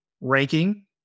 ranking